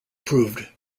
proved